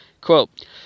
Quote